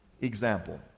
example